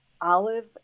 Olive